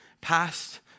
Past